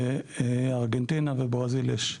בארגנטינה וברזיל יש אחד,